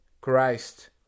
Christ